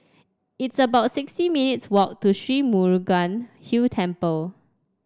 it's about sixty minutes' walk to Sri Murugan Hill Temple